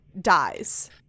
dies